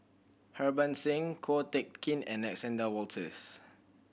Harbans Singh Ko Teck Kin and Alexander Wolters